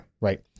Right